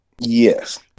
Yes